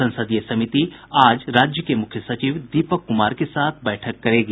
संसदीय समिति आज राज्य के मुख्य सचिव दीपक कुमार के साथ बैठक करेगी